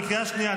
את בקריאה שנייה,